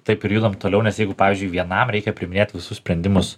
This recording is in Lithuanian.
taip ir judam toliau nes jeigu pavyzdžiui vienam reikia priiminėt visus sprendimus